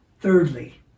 Thirdly